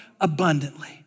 abundantly